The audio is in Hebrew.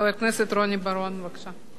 חבר הכנסת רוני בר-און, בבקשה.